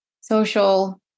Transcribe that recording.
social